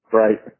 right